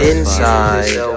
Inside